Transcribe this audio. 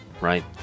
right